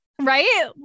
Right